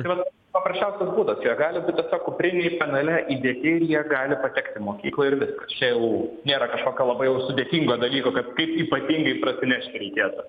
tai vat paprasčiausias būdas jie gali būt tiesiog kuprinėj penale įdėti ir jie gali patekt į mokyklą ir viskas čia jau nėra kažkokio labai jau sudėtingo dalyko kad kaip ypatingai prasinešti reikėtų